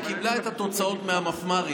היא קיבלה את התוצאות מהמפמ"רים,